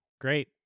Great